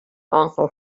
uncle